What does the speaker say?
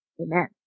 amen